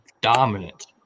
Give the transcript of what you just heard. dominant